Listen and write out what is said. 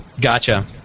gotcha